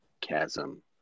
chasm